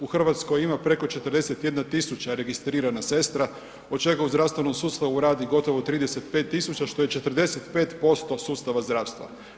U Hrvatskoj ima preko 41 000 registrirana sestra od čega u zdravstvenom sustavu radi gotovo 35 000 što je 45% sustava zdravstva.